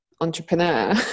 entrepreneur